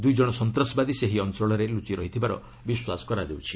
ଦୁଇ ଜଣ ସନ୍ତାସବାଦୀ ସେହି ଅଞ୍ଚଳରେ ଲୁଚି ରହିଥିବାର ବିଶ୍ୱାସ କରାଯାଉଛି